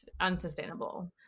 unsustainable